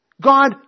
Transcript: God